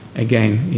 again,